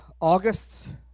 August